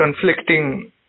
conflicting